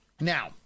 Now